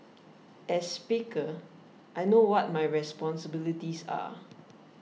as speaker I know what my responsibilities are